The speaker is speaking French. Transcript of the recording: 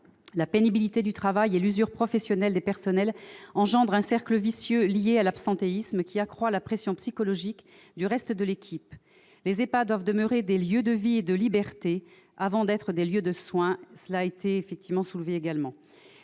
La pénibilité du travail et l'usure professionnelle des personnels engendre un cercle vicieux lié à l'absentéisme, qui accroît la pression psychologique du reste de l'équipe. Les EHPAD doivent demeurer des lieux de vie et de liberté avant d'être des lieux de soins, cela a également été souligné.